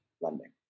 lending